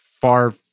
far